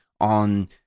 on